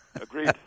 Agreed